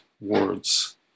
words